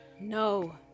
No